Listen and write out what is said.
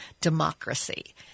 democracy